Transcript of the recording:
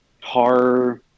horror